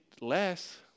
less